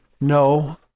no